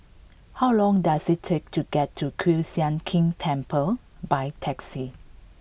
how long does it take to get to Kiew Sian King Temple by taxi